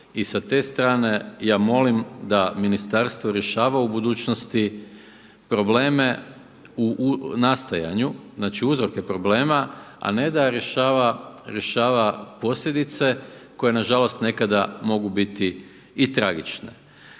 I sa te strane ja molim da Ministarstvo rješava u budućnosti probleme u nastajanju, znači uzroke problema a ne da rješava posljedice koje nažalost nekada mogu biti i tragične.